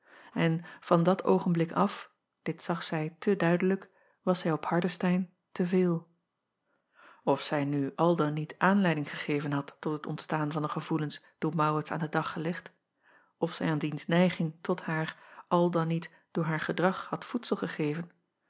en van dat oogenblik af dit zag zij te duidelijk was zij op ardestein te veel f zij nu al dan niet aanleiding gegeven had tot het ontstaan van de gevoelens door aurits aan den dag gelegd of zij aan diens neiging tot haar al dan niet door haar gedrag had voedsel gegeven